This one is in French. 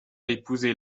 épousé